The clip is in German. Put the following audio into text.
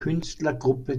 künstlergruppe